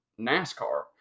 NASCAR